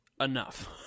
enough